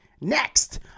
next